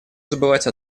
забывать